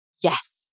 Yes